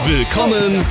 Willkommen